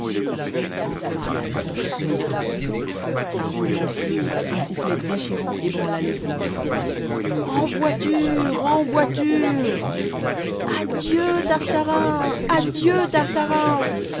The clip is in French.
enfin la cloche sonna un roulement sourd un sifflet déchirant ébranla les voûtes en voiture en voiture adieu tartarin adieu tartarin